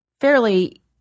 fairly